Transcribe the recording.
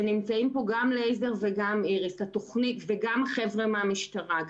נמצאים כאן גם אליעזר, גם איריס וגם אנשי המשטרה.